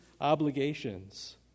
obligations